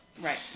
Right